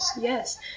yes